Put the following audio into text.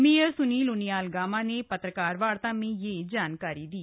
mayor Sunil Uniyal Gama ने पत्रकार वार्ता में यह जानकारी दी